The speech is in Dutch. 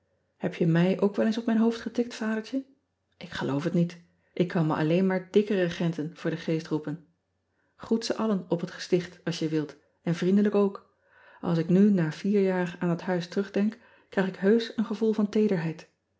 eb jij me ook wel eens op mijn hoofd getikt adertje k geloof het niet k kan me alleen maar dikke regenten voor den geest roepen roet ze allen op het gesticht als je wilt en vriendelijk ook ls ik nu na vier jaar aan dat huis terugdenk krijg ik heusch een gevoel van teederheid